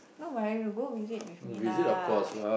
no why go visit with me lah